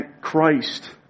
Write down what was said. Christ